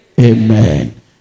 Amen